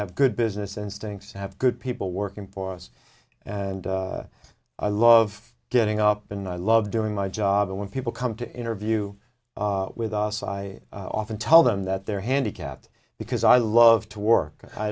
have good business instincts to have good people working for us and i love getting up and i love doing my job and when people come to interview with us i often tell them that they're handicapped because i love to work